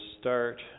start